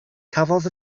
cafodd